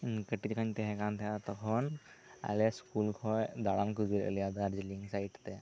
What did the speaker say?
ᱦᱮᱸ ᱠᱟᱹᱴᱤᱡ ᱨᱮ ᱡᱚᱠᱷᱚᱱ ᱤᱧ ᱛᱟᱦᱮᱸ ᱠᱟᱱ ᱛᱟᱦᱮᱸᱜᱼᱟ ᱛᱚᱠᱷᱚᱱ ᱟᱞᱮ ᱥᱠᱩᱞ ᱠᱷᱚᱱ ᱫᱟᱬᱟᱱ ᱠᱚ ᱤᱫᱤ ᱞᱮᱫ ᱞᱮᱭᱟ ᱫᱥᱟᱨᱡᱤᱞᱤᱝ ᱥᱟᱭᱤᱴ ᱛᱮ